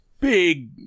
big